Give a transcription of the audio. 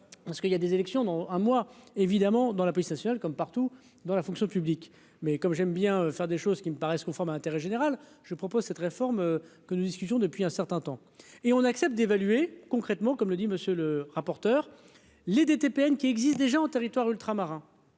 parce qu'il y a des élections dans un mois, évidemment dans la police nationale, comme partout dans la fonction publique, mais comme j'aime bien faire des choses qui me paraissent conformes à l'intérêt général, je propose cette réforme que nous discutions depuis un certain temps et on accepte d'évaluer concrètement, comme le dit monsieur le rapporteur. Les des TPN qui existe déjà en territoire ultramarin,